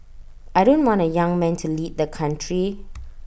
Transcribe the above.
I don't want A young man to lead the country